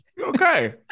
Okay